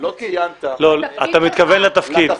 אתה מתכוון לתפקיד.